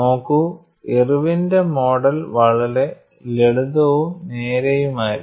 നോക്കൂ ഇർവിന്റെ മോഡൽ വളരെ ലളിതവും നേരെയുമായിരുന്നു